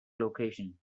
location